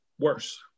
Worse